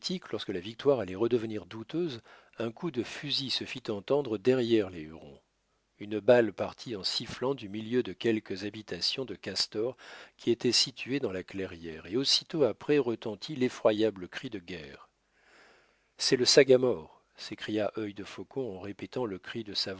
lorsque la victoire allait redevenir douteuse un coup de fusil se fit entendre derrière les hurons une balle partit en sifflant du milieu de quelques habitations de castors qui étaient situées dans la clairière et aussitôt après retentit l'effroyable cri de guerre c'est le sagamore s'écria œil de faucon en répétant le cri de